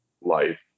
life